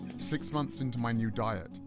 six months into my new diet,